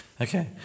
okay